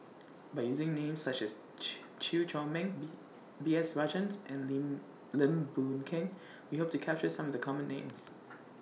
By using Names such as Chew Chew Chor Meng B B S Rajhans and Lin Lim Boon Keng We Hope to capture Some of The Common Names